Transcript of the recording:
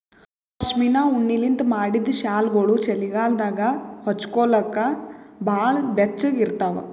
ಪಶ್ಮಿನಾ ಉಣ್ಣಿಲಿಂತ್ ಮಾಡಿದ್ದ್ ಶಾಲ್ಗೊಳು ಚಳಿಗಾಲದಾಗ ಹೊಚ್ಗೋಲಕ್ ಭಾಳ್ ಬೆಚ್ಚಗ ಇರ್ತಾವ